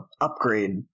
upgrade